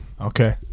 Okay